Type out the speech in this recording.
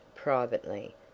privately